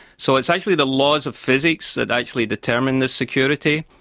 so it's actually the laws of physics that actually determine the security,